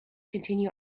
continue